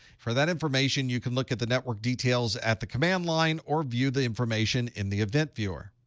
for that information, you can look at the network details at the command line or view the information in the event viewer.